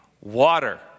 Water